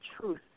truth